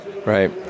Right